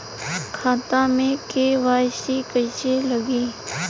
खाता में के.वाइ.सी कइसे लगी?